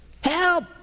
Help